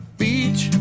beach